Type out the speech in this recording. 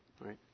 Right